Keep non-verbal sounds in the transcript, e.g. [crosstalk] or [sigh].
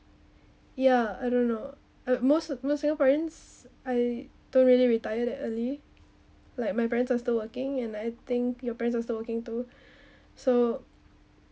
ya I don't know at most most singaporeans are don't really retire that early like my parents are still working and I think your parents also working too [breath] so